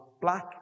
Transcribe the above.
black